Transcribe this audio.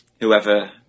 whoever